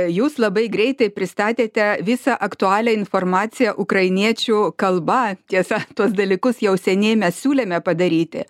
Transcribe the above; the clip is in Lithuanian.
jūs labai greitai pristatėte visą aktualią informaciją ukrainiečių kalba tiesa tuos dalykus jau seniai mes siūlėme padaryti